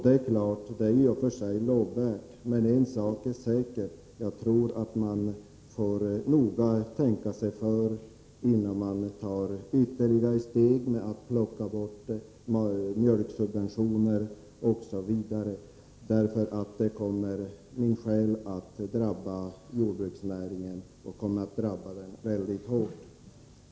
Det är i och för sig lovvärt, men man bör tänka sig noga för innan man ytterligare beskär mjölksubventionerna osv. Detta skulle min själ komma att drabba jordbruksnäringen mycket hårt.